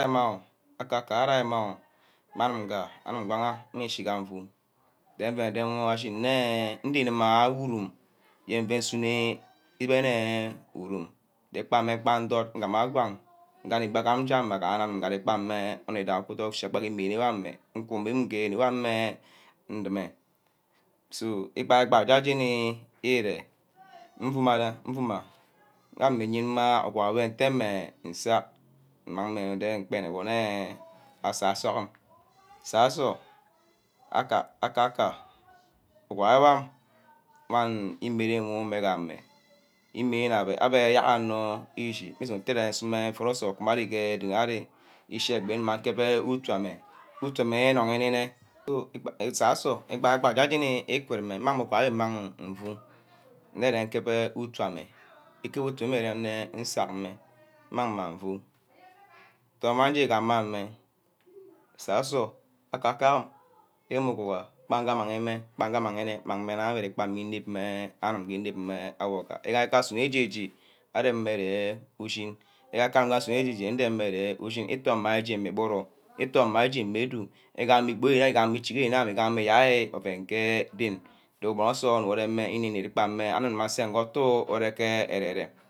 Arîama o, akaka arîama oh mme anim nge aninn ngwangn chí gan fu dey înque urum îgbame inba ndot nguma ngwang anî ga cham me adot uche dot ame wuneke ren guni immem inrume so ígbai ígbai jajeni íre ufuma je nfuma gamín nyeni mma uguha wey nteme nsag mmag me ne asa suck am. sasor akaka uguwawor wan ímeren who umer ka ame, îmeren abe abe ayark anor echi mmuso nte jen sumeh ufot wote usoh dudu nkeme utu ame. utu ame îno-nime. saso igbai igbai j́aj́eni ikurume mmangma ugura wor mmang mme. saso. akakam nyenmua uguha bang nge amanghe nue. mang mme nnawo ínem mme anî mme awarba. īgaha kubor asunoaje aje ndeme ju ushin. nttoi mma aje mmi íburu. ítoí mma aje nne ado. îgamme íchigi ubu bugoren. igamí îyaí oven ke ren ngo ubonnor nsort uremme îne-ínep j́e kpack mme asa utu who íreke-arerem